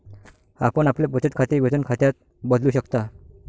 आपण आपले बचत खाते वेतन खात्यात बदलू शकता